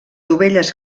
dovelles